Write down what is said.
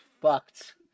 fucked